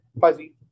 fuzzy